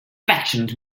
factions